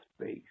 space